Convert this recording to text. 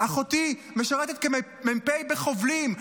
אחותי משרתת כמ"פ בחובלים.